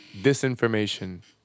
disinformation